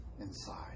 inside